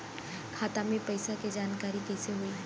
खाता मे पैसा के जानकारी कइसे होई?